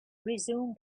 resume